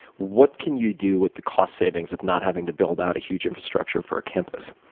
what can you do with the cost savings of not having to build out a huge infrastructure for a campus?